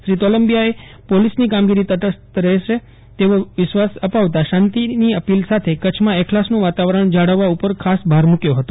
શ્રી તોલંબિયાએ પોલીસની કામગીરી તટસ્થ રહેશે તેવો વિશ્વાસ અપાવતાં શાંતિની અપીલ સાથે કચ્છમાં એખલાસનું વાતાવરણ જાળવવા ઉપર ખાસ ભાર મૂકથો હતો